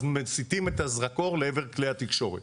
אז מסיטים את הזרקור לעבר כלי התקשורת.